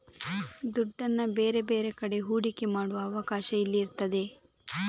ದುಡ್ಡನ್ನ ಬೇರೆ ಬೇರೆ ಕಡೆ ಹೂಡಿಕೆ ಮಾಡುವ ಅವಕಾಶ ಇಲ್ಲಿ ಇರ್ತದೆ